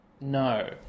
No